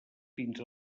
fins